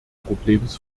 problems